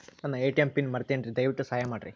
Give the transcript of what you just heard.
ನನ್ನ ATM PIN ಮರೆತೇನ್ರೀ, ದಯವಿಟ್ಟು ಸಹಾಯ ಮಾಡ್ರಿ